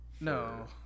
No